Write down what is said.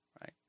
right